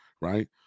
right